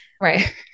right